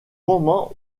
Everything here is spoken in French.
moment